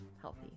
healthy